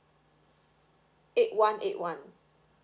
eight one eight one